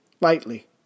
lightly